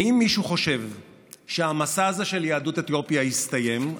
ואם מישהו חושב שהמסע הזה של יהדות אתיופיה הסתיים,